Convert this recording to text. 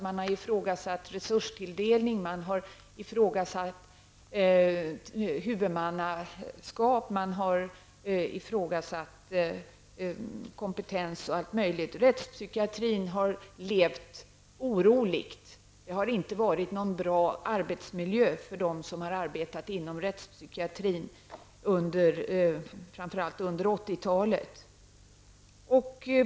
Man har ifrågasatt resurstilldelning, man har ifrågasatt huvudmannaskap, man har ifrågasatt kompetens och allt möjligt. Rättspsykiatrin har levt oroligt. Det har inte varit någon bra arbetsmiljö för dem som har arbetat inom rättspsykiatrin, framför allt under 80-talet.